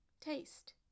Taste